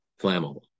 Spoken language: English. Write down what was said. flammable